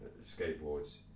skateboards